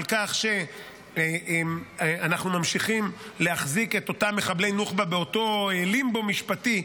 על כך שאנחנו ממשיכים להחזיק את אותם מחבלי נוח'בה באותו לימבו משפטי,